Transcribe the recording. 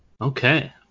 Okay